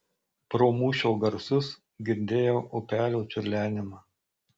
pro mūšio garsus girdėjau upelio čiurlenimą